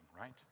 right